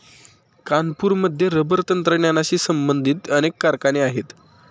कानपूरमध्ये रबर तंत्रज्ञानाशी संबंधित अनेक कारखाने आहेत